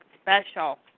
special